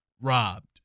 robbed